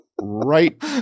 right